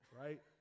Right